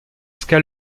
ska